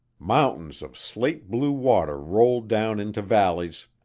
mountains of slate-blue water rolled down into valleys,